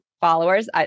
followers